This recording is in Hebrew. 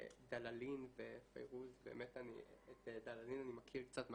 דללין ופיירוז, את דללין אני מכיר קצת מהפייסבוק,